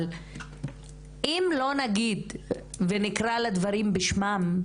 אבל אם לא נגיד ונקרא לדברים בשמם,